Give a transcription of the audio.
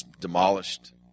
demolished